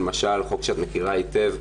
למשל חוק שאת מכירה היטב,